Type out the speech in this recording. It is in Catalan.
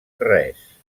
res